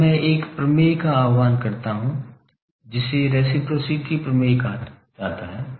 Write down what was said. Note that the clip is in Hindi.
अब मैं एक प्रमेय का आह्वान करता हूं जिसे रेसप्रॉसिटी प्रमेय कहा जाता है